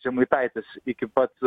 žemaitaitis iki pat